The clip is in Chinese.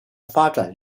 发展